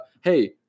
hey